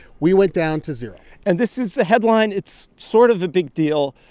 we went down to zero and this is the headline. it's sort of a big deal.